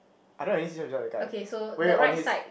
I don't have any seashell beside the guy wait wait on his